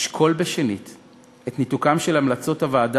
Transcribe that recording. לשקול שנית את ניתוקן של המלצות הוועדה